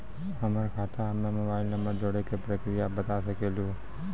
हमर खाता हम्मे मोबाइल नंबर जोड़े के प्रक्रिया बता सकें लू?